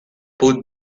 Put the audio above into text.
put